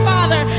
Father